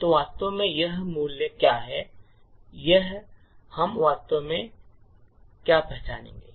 तो वास्तव में यह मूल्य क्या है हम वास्तव में क्या पहचानेंगे